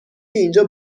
اینجا